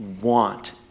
want